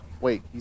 wait